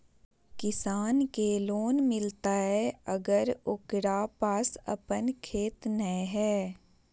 किसान के लोन मिलताय अगर ओकरा पास अपन खेत नय है?